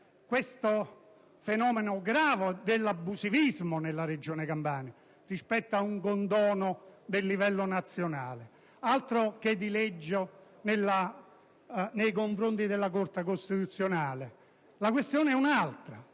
il fenomeno grave dell'abusivismo nella Campania rispetto a un condono del livello nazionale. Altro che dileggio nei confronti della Corte costituzionale! La questione è un'altra